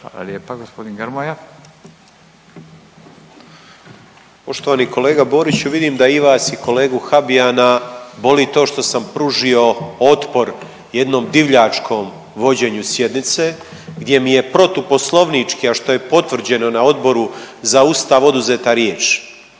**Grmoja, Nikola (MOST)** Poštovani kolega Boriću vidim da i vas i kolegu Habijana boli to što sam pružio otpor jednom divljačkom vođenju sjednice, gdje mi je protuposlovnički a što je potvrđeno na Odboru za Ustav oduzeta riječ.